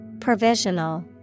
Provisional